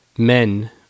men